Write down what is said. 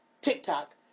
TikTok